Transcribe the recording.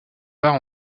part